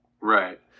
Right